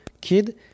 kid